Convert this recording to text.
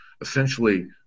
essentially